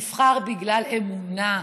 נבחר בגלל אמונה.